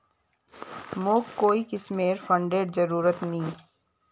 मोक कोई किस्मेर फंडेर जरूरत नी